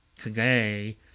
today